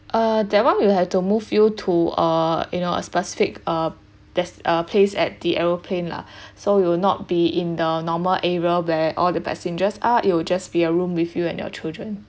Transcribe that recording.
uh that [one] will have to move you to uh you know a specific uh there's a place at the aeroplane lah so you will not be in the normal area where all the passengers are it'll just be a room with you and your children